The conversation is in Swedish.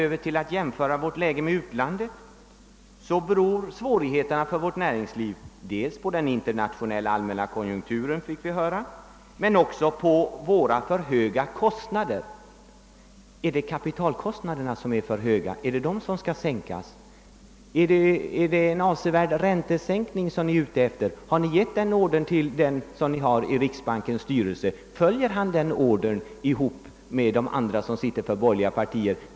Men när vi jämför vårt läge med utlandet beror svårigheterna för vårt näringsliv, säger herr Berglund, dels på den internationella konjunkturen, dels på våra för höga kostnader. är det kapitalkostnaderna som är för höga och skall sänkas? Är det en avsevärd räntesänkning som ni är ute efter? Har ni gett den ordern till den som representerar er i riksbankens styrelse? Följer han den ordern tillsammans med de övriga representanterna för de borgerliga partierna?